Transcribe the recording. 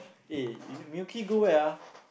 eh you know Milky go where